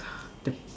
the